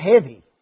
heavy